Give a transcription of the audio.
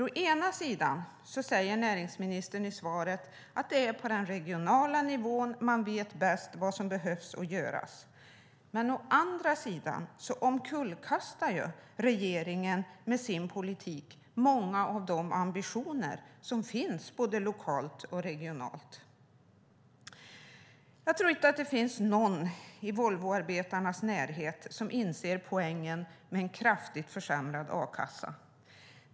Å ena sidan säger näringsministern i svaret att det är på den regionala nivån man vet bäst vad som behöver göras. Å andra sidan omkullkastar regeringen med sin politik många av de ambitioner som finns både lokalt och regionalt. Jag tror inte att det finns någon i Volvoarbetarnas närhet som inser poängen med en kraftigt försämrad a-kassa.